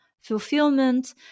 fulfillment